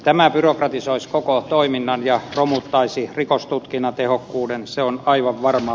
tämä byrokratisoisi koko toiminnan ja romuttaisi rikostutkinnan tehokkuuden se on aivan varmaa